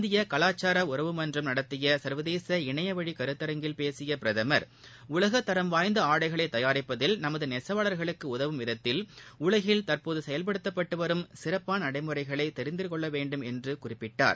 இந்தியகலாச்சாரஉறவுமன்றம் நடத்தியசர்வதேசஇணையவழிகருத்தரங்கில்பேசியபிரதம ர் உலகத்தரம்வாய்ந்தஆடைகளைதயாரிப்பதில்நமதுநெசவா ளர்களுக்குஉதவும்விதத்தில் உலகத்தில்தற்போதுசெயல்படுத்தப்பட்டுவரும்சிறப்பானந டைமுறைகளைதெரிந்திருக்ககொள்ளவேண்டும்என்றுகுறி ப்பிட்டார்